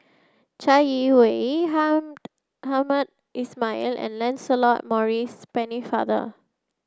Chai Yee Wei Hamed Hamed Ismail and Lancelot Maurice Pennefather